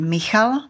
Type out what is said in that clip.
Michal